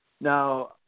Now